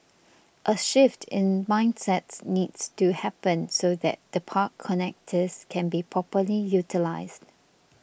a shift in mindset needs to happen so that the park connectors can be properly utilised